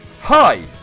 Hi